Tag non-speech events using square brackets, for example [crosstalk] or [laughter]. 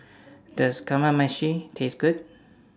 [noise] Does Kamameshi Taste Good